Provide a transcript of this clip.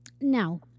Now